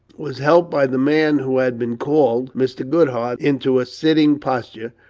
was helped by the man who had been called mr. goodhart, into a sitting posture,